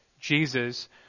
Jesus